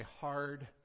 hard